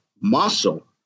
muscle